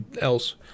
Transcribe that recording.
else